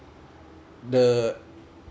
the